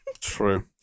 true